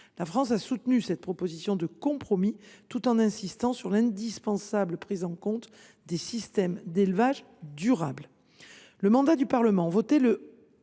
La France a soutenu cette proposition de compromis, tout en insistant sur l’indispensable prise en compte des systèmes d’élevage durables.